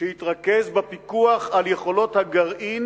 שיתרכז בפיקוח על יכולות הגרעין